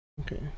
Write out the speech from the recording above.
Okay